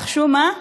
נחשו מה?